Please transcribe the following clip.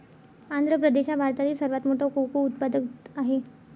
आंध्र प्रदेश हा भारतातील सर्वात मोठा कोको उत्पादक आहे